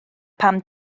pam